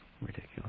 ridiculous